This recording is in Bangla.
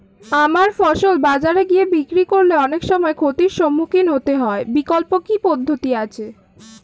আমার ফসল বাজারে গিয়ে বিক্রি করলে অনেক সময় ক্ষতির সম্মুখীন হতে হয় বিকল্প কি পদ্ধতি আছে?